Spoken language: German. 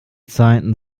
zeiten